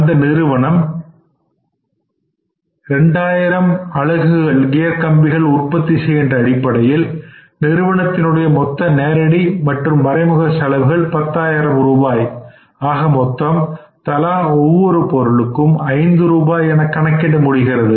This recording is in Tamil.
அந்த நிறுவனம் கியர் கம்பிகள் 2000 அலகுகள் உற்பத்தி செய்கின்ற அடிப்படையில் நிறுவனத்தின் மொத்த நேரடி மற்றும் மறைமுக செலவுகள் பத்தாயிரம் ரூபாய் ஆகமொத்தம் தலா ஒவ்வொரு பொருளுக்கும் ஐந்து ரூபாய் என கணக்கிட முடிகிறது